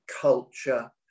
culture